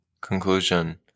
conclusion